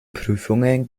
prüfungen